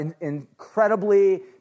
incredibly